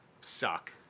suck